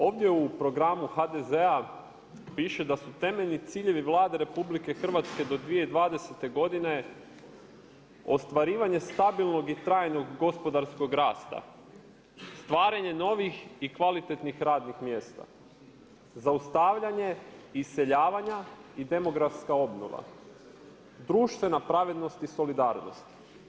Ovdje u programu HDZ-a piše da su temeljni ciljevi Vlade Republike Hrvatske do 2020. godine ostvarivanje stabilnog i trajnog gospodarskog rasta, stvaranje novih i kvalitetnih radnih mjesta, zaustavljanje iseljavanja i demografska obnova, društvena pravednost i solidarnost.